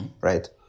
right